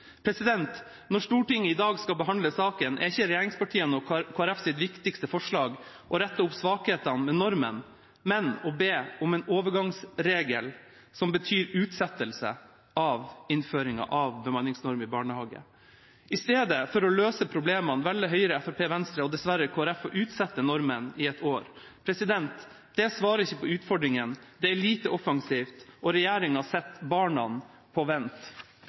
Når Stortinget i dag skal behandle saken, er ikke regjeringspartiene og Kristelig Folkepartis viktigste forslag å rette opp svakhetene med normen, men å be om en overgangsregel som betyr utsettelse av innføringen av bemanningsnorm i barnehagen. I stedet for å løse problemene velger Høyre, Fremskrittspartiet, Venstre og dessverre Kristelig Folkeparti å utsette normen i ett år. Det svarer ikke på utfordringene, det er lite offensivt, og regjeringa setter barna på vent.